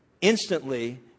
instantly